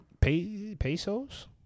Pesos